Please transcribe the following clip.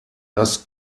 das